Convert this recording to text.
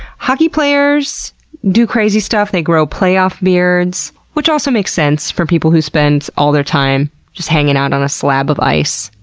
hockey players do crazy stuff. they grow play-off beards, which also makes sense for people who spend all of their time just hanging out on a slab of ice.